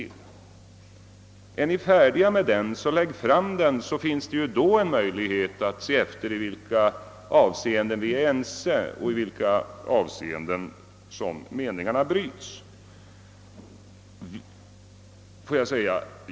är ni färdiga med den sammanfattningen, så lägg fram den! Då kan vi se i vilka avseenden vi är ense och var meningarna går isär.